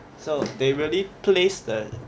so they really placed the